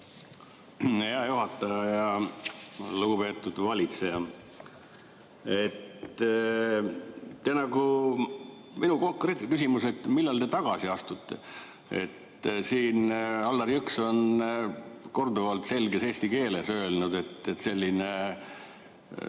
Hea juhataja! Lugupeetud valitseja! Minu konkreetne küsimus: millal te tagasi astute? Allar Jõks on korduvalt selges eesti keeles öelnud, et see